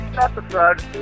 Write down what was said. episode